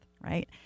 Right